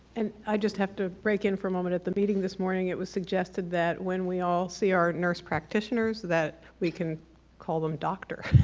and i just have to break in for a moment at the meeting this morning it was suggested that when we all see our nurse practitioners that we can call them doctor,